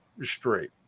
straight